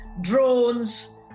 drones